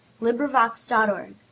librivox.org